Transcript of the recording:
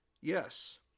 Yes